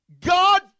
God